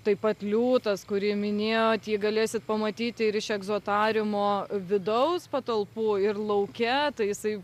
taip pat liūtas kurį minėjot jį galėsit pamatyti ir iš egzotariumo vidaus patalpų ir lauke tai jisai